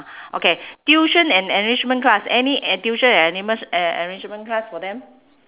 okay tuition and enrichment class any a~ tuition and enrichment and enrichment class for them